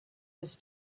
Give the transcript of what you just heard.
was